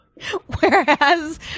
Whereas